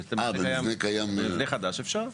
במבנה חדש אפשר.